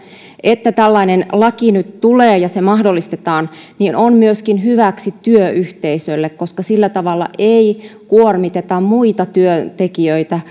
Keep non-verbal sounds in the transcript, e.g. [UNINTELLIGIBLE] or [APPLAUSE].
että tällainen laki nyt tulee ja se mahdollistetaan on myöskin hyväksi työyhteisölle koska sillä tavalla ei kuormiteta muita työntekijöitä [UNINTELLIGIBLE]